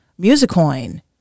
Musicoin